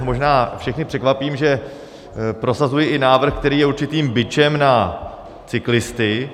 Možná všechny překvapím, že prosazuji i návrh, který je určitým bičem na cyklisty.